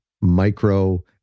micro